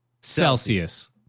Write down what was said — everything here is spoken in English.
Celsius